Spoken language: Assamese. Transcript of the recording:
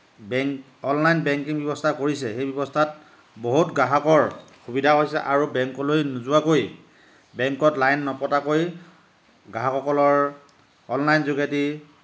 বেংক অনলাইন বেংকিং ব্যৱস্থা কৰিছে সেই ব্যৱস্থাত বহুত গ্ৰাহকৰ সুবিধা হৈছে আৰু বেংকলৈ নোযোৱাকৈ বেংকত লাইন নপতাকৈ গ্ৰাহকসকলৰ অনলাইন যোগেদি